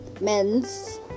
men's